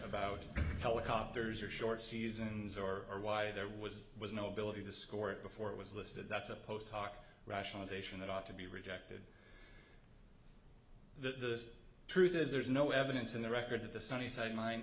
about helicopters or short seasons or are why there was was no ability to score it before it was listed that's a post hoc rationalization that ought to be rejected the truth is there's no evidence in the record that the sunnyside mine